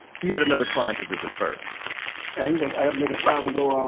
he had another client to visit first he's like, i'd make a stop and go. um